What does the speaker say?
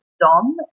Dom